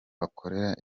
bakorera